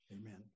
Amen